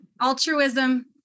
altruism